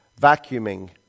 vacuuming